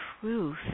truth